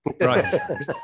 right